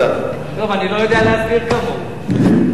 טוב, אני לא יודע להסביר כמוהו.